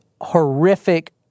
horrific